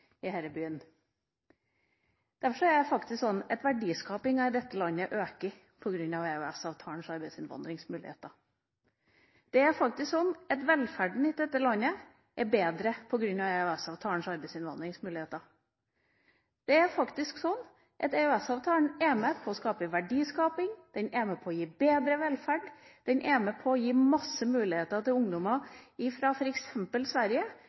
i denne byen. Derfor er det faktisk sånn at verdiskapingen i dette landet øker på grunn av EØS-avtalens arbeidsinnvandringsmuligheter. Det er faktisk sånn at velferden i dette landet er bedre på grunn av EØS-avtalens arbeidsinnvandringsmuligheter. Det er faktisk sånn at EØS-avtalen er med på verdiskaping, den er med på å gi bedre velferd, den er med på å gi mange muligheter til ungdommer fra f.eks. Sverige,